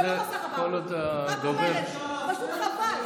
זה לא מסך הבערות, פשוט חבל.